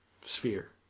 sphere